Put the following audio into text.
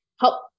help